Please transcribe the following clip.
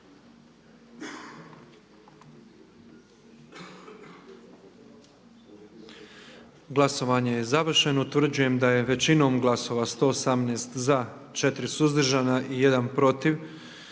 Glasovanje je završeno. Utvrđujem da je većinom glasova za 115, 4 suzdržana i 4 protiv